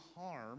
harm